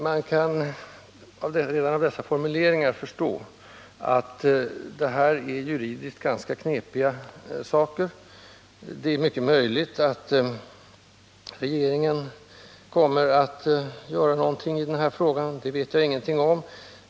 Man kan redan av dessa formuleringar förstå att detta är juridiskt knepiga saker. Det är möjligt att regeringen kommer att göra någonting i denna fråga — det vet jag ingenting om.